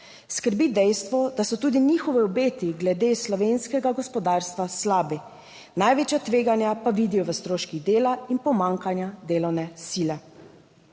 Skrbi dejstvo, da so tudi njihovi obeti glede slovenskega gospodarstva slabi. Največja tveganja pa vidijo v stroških dela in pomanjkanja delovne sile.